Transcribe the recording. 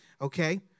okay